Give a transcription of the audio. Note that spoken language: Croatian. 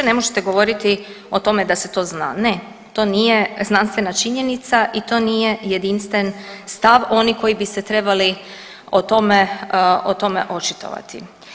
Ne možete govoriti o tome da se to zna, ne, to nije znanstvena činjenica i to nije jedinstven stav oni koji bi se trebali o tome očitovati.